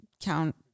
count